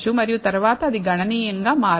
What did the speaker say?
మరియు తరువాత అది గణనీయంగా మారదు